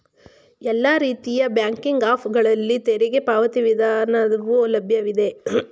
ಎಲ್ಲಾ ರೀತಿಯ banking app ಗಳಲ್ಲಿ ತೆರಿಗೆ ಪಾವತಿ ವಿಧಾನವು ಲಭ್ಯವಿದೆ